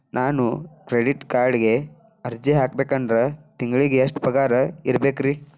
ನಾನು ಕ್ರೆಡಿಟ್ ಕಾರ್ಡ್ಗೆ ಅರ್ಜಿ ಹಾಕ್ಬೇಕಂದ್ರ ತಿಂಗಳಿಗೆ ಎಷ್ಟ ಪಗಾರ್ ಇರ್ಬೆಕ್ರಿ?